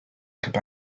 gonna